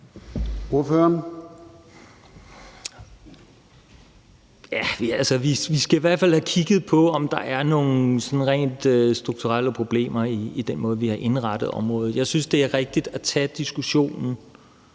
(V): Vi skal i hvert fald have kigget på, om der er nogle sådan rent strukturelle problemer i den måde, vi har indrettet området på. Jeg synes, det er rigtigt at tage diskussionen